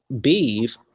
beef